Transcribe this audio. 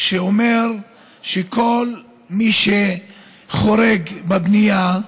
שאומר שכל מי שחורג בבנייה,